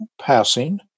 passing